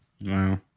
Wow